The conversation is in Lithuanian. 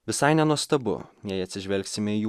visai nenuostabu jei atsižvelgsime į jų